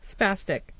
Spastic